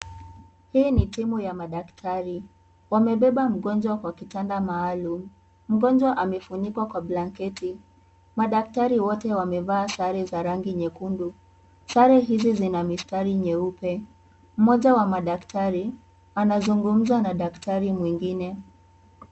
Hii ni timu ya madaktari, wamebeba mgonjwa kwa kitanda maalum mgonjwa amefunikwa kwa blanketi, madaktari wote wamevaa sare za rangi nyekundu, sare hizi zina mistari nyeupe mmoja wa madaktari anazungumza na daktari mwingine.